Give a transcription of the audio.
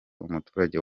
umuturage